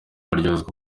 baryozwa